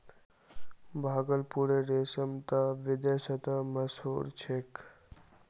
भागलपुरेर रेशम त विदेशतो मशहूर छेक